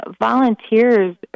volunteers